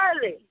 early